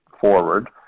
forward